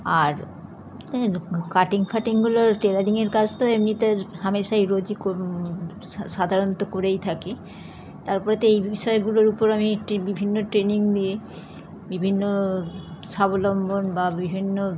আর এর কাটিং ফাটিংগুলো টেলারিংয়ের কাজ তো এমনিতে হামেশাই রোজই কর সাধারণত করেই থাকি তারপরে তো এই বিষয়গুলোর উপর আমি একটি বিভিন্ন ট্রেনিং দিয়ে বিভিন্ন সাবলম্বন বা বিভিন্ন